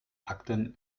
akten